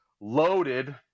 loaded